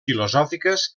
filosòfiques